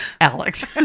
Alex